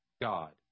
God